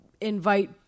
invite